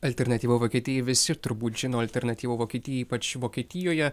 alternatyva vokietijai visi turbūt žino alternatyvą vokietijai ypač vokietijoje